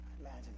Imagine